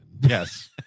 Yes